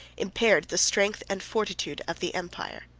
impaired the strength and fortitude of the empire.